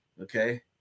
okay